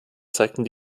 zeigen